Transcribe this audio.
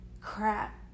crap